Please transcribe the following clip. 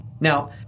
Now